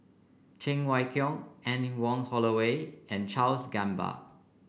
Cheng Wai Keung Anne Wong Holloway and Charles Gamba